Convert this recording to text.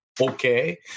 Okay